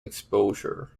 exposure